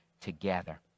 together